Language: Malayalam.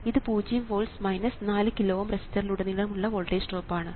ഇത് പൂജ്യം വോൾട്സ് 4 കിലോ Ω റെസിസ്റ്ററിലുടനീളം ഉള്ള ഡ്രോപ്പ് ആണ്